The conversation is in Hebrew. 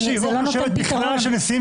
הברית,